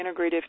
integrative